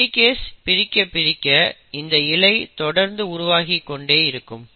helicase பிரிக்க பிரிக்க இந்த இழை தொடர்ந்து உருவாகிக்கொண்டிருக்கும்